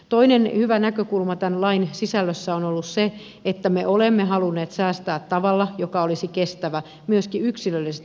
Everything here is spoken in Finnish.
toinen hyvä näkökulma tämän lain sisällössä on ollut se että me olemme halunneet säästää tavalla joka olisi kestävä myöskin yksilöllisestä näkökulmasta